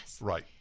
Right